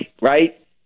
right